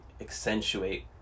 accentuate